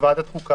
בוועדת החוקה,